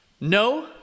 No